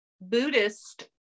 Buddhist